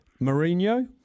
Mourinho